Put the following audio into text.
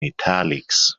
italics